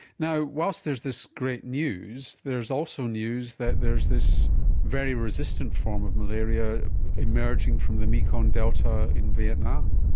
whilst there is this great news, there is also news that there is this very resistant form of malaria emerging from the mekong delta in vietnam.